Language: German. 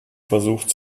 versucht